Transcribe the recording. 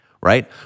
right